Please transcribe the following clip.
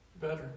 better